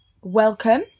Welcome